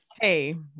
Hey